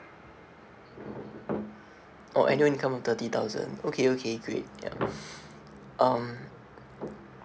oh annual income of thirty thousand okay okay great ya um